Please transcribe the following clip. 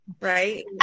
right